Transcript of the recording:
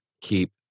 keep